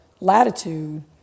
latitude